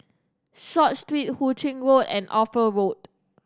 Short Street Hu Ching Road and Ophir Road